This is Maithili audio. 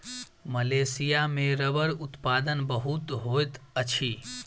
मलेशिया में रबड़ उत्पादन बहुत होइत अछि